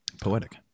Poetic